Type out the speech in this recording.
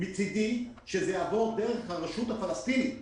מצדי שזה יעבור דרך הרשות הפלסטינית,